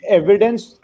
evidence